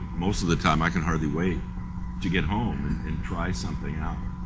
most of the time i can hardly wait to get home and try something out